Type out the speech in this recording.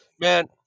Man